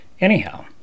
Anyhow